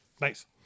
Nice